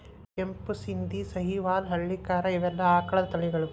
ಕೆಂಪು ಶಿಂದಿ, ಸಹಿವಾಲ್ ಹಳ್ಳಿಕಾರ ಇವೆಲ್ಲಾ ಆಕಳದ ತಳಿಗಳು